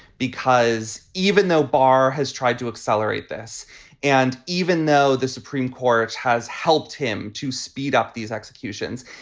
because even though barr has tried to accelerate this and even though the supreme court has helped him to speed up these executions,